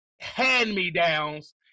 hand-me-downs